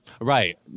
Right